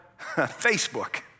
Facebook